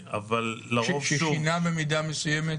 ששינה במידה מסוימת